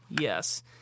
yes